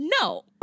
No